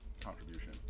contribution